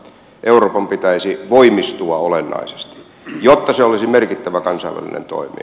euroopan pitäisi voimistua olennaisesti jotta se olisi merkittävä kansainvälinen toimija